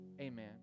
Amen